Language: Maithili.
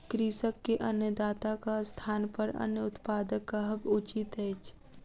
कृषक के अन्नदाताक स्थानपर अन्न उत्पादक कहब उचित अछि